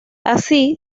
así